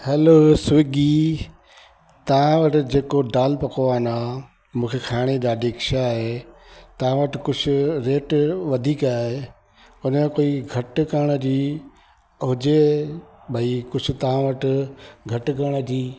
hello Swiggy तव्हां वटि जेको दालि पकवान आहे मूंखे खाइण ई ॾाढी इच्छा आहे तव्हां वटि कुछ रेट वधीक आहे हुनजो कोई घटि करण जी हुजे भई कुझु तव्हां वटि घटि करण जी